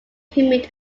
humid